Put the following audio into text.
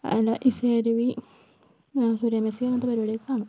അല ഇസൈ അരുവി സൂര്യ മ്യൂസിക് അങ്ങനത്തെ പരിപാടികളൊക്കെ കാണും